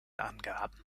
angaben